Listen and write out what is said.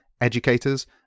educators